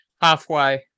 Halfway